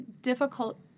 difficult